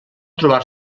trobar